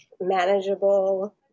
manageable